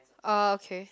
okay